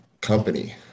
company